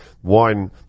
one